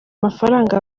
mafaranga